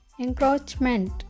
Encroachment